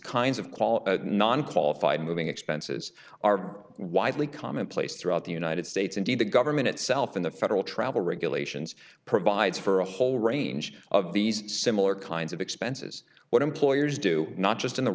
kinds of call non qualified moving expenses are widely commonplace throughout the united states indeed the government itself in the federal travel regulations provides for a whole range of these similar kinds of expenses what employers do not just in the